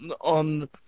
on